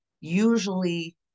usually